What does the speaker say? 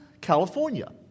California